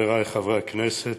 חברי חברי הכנסת,